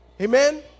Amen